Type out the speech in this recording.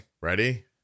ready